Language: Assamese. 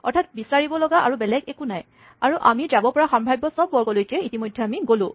অৰ্থাৎ বিচাৰিব লগা আৰু বেলেগ একো নাই আৰু আমি যাব পৰা সাম্ভৱ্য চব বৰ্গলৈকে ইতিমধ্যে আমি গ'লো